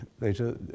later